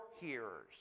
hearers